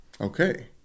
okay